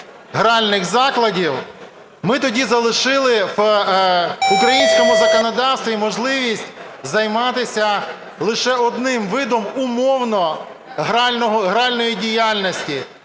ми тоді залишили в українському законодавстві можливість займатися лише одним видом умовно гральної діяльності